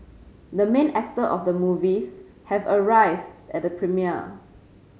the main actor of the movies have arrived at the premiere